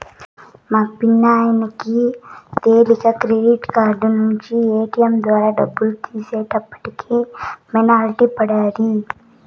మా సిన్నాయనకి తెలీక క్రెడిట్ కార్డు నించి ఏటియం ద్వారా డబ్బులు తీసేటప్పటికి పెనల్టీ పడ్డాది